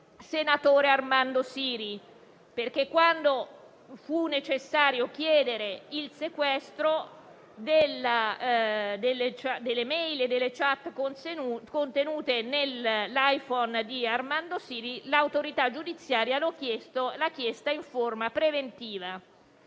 senatore Armando Siri. Infatti, quando fu necessario chiedere il sequestro delle *mail* e delle *chat* contenute nell'Iphone di Armando Siri, l'autorità giudiziaria lo ha chiesto in forma preventiva.